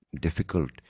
difficult